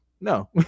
No